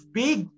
big